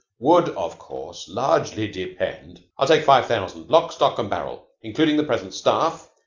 would, of course, largely depend i'll take five thousand. lock, stock, and barrel, including the present staff,